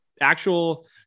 actual